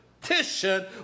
petition